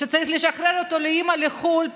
כשצריך לשחרר אותו לאימא לחו"ל,